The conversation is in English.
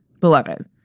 beloved